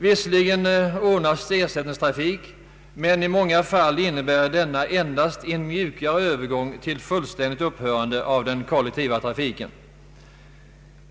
Visserligen ordnas ersättningstrafik, men i många fall innebär denna endast en mjukare övergång till ett fullständigt upphörande av den kollektiva trafiken.